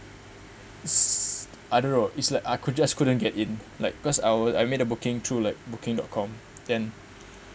I don't know it's like I could just couldn't get in like cause I wi~ I made a booking through like booking dot com then